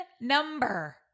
number